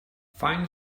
fine